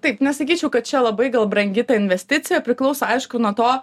taip nesakyčiau kad čia labai gal brangi ta investicija priklauso aišku nuo to